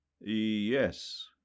Yes